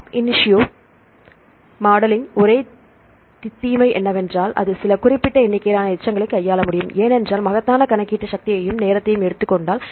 app initio மாடலிங்கின் ஒரே தீமை என்னவென்றால் அது சில குறிப்பிட்ட எண்ணிக்கையிலான எச்சங்களை கையாள முடியும் ஏனென்றால் மகத்தான கணக்கீட்டு சக்தியையும் நேரத்தையும் எடுத்துக் கொண்டால்